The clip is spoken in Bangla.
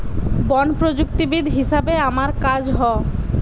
বন প্রযুক্তিবিদ হিসাবে আমার কাজ হ